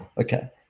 okay